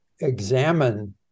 examine